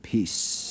Peace